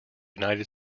united